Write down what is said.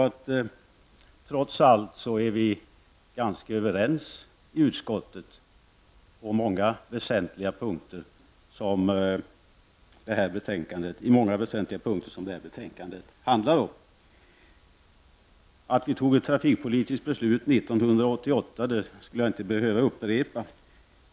Trots allt är vi i utskottet ganska överens på många av de väsentliga punkter som det här betänkandet handlar om. Att vi tog ett trafikpolitiskt beslut 1988 borde jag inte behöva upprepa.